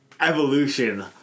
evolution